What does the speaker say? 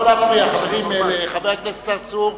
לא להפריע, חברים, לחבר הכנסת צרצור.